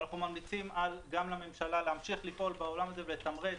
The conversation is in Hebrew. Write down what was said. ואנחנו ממליצים גם לממשלה להמשיך לפעול בעולם הזה ולתמרץ